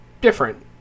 different